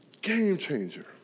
game-changer